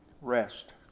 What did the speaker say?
rest